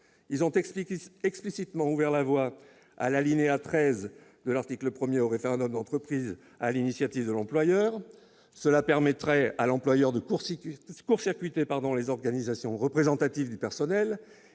Ils ont explicitement ouvert la voie, à l'alinéa 13 de l'article 1, au référendum d'entreprise sur l'initiative de l'employeur. Cela permettrait à ce dernier de court-circuiter les organisations représentatives du personnel